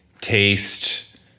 taste